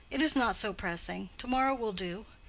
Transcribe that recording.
it is not so pressing. to-morrow will do.